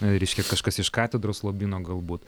reiškia kažkas iš katedros lobyno galbūt